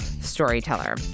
storyteller